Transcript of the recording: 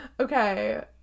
Okay